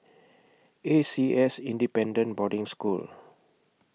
A C S Independent Boarding School